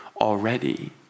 already